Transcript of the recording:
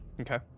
Okay